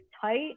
tight